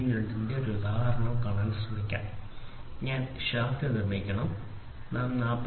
02 ന്റെ ഒരു ഉദാഹരണം കാണാൻ ശ്രമിക്കാം ഞാൻ ഷാഫ്റ്റ് നിർമ്മിക്കണം ഞാൻ 40